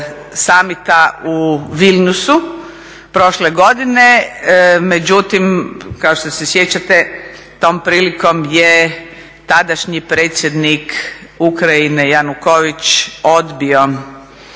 u Vilniusu prošle godine međutim kao što se sjećate tom prilikom je tadašnji predsjednik Ukrajine Janukovič odbio